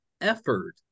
effort